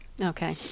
Okay